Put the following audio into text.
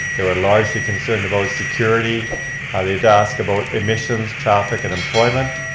they were largely concerned about security. ah they did ask about emissions, traffic, and employment.